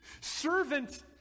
Servant